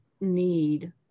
need